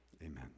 Amen